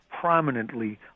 prominently